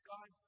God